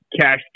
cash